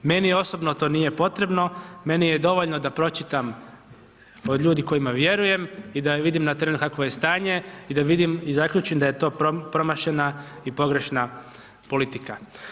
Meni osobno to nije potrebno, meni je dovoljno da pročitam od ljudi kojima vjerujem i da vidim na terenu kakvo je stanje i da vidim i zaključim da je to promašena i pogrešna politika.